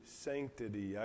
sanctity